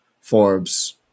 Forbes